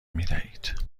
میدهید